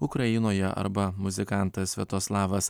ukrainoje arba muzikantas sviatoslavas